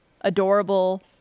adorable